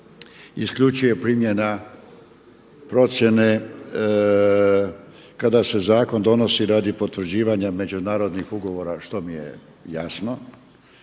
isključuje primjena procjene kada se zakon donosi radi potvrđivanja međunarodnih ugovora, što mi je jasno,